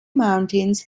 mountains